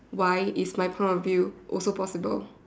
why is my point of view also possible